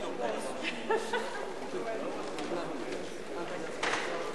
מוקדם בוועדת העבודה,